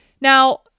Now